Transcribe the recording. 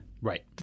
Right